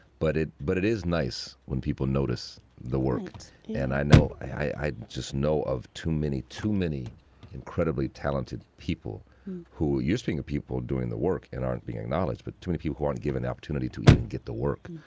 but it but it is nice when people notice the world and i know i just know of too many too many incredibly talented people who use being the people doing the work and aren't being knowledge, but to people who aren't given the opportunity to even get the work.